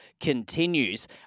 continues